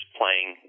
playing